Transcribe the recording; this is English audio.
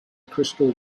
crystal